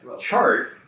chart